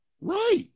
Right